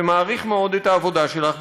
ומעריך מאוד את העבודה שלך,